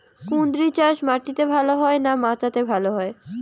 কুঁদরি চাষ মাটিতে ভালো হয় না মাচাতে ভালো হয়?